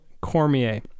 Cormier